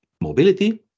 mobility